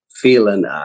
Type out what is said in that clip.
feeling